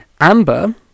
Amber